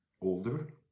older